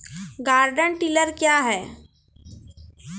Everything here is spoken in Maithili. गार्डन टिलर क्या हैं?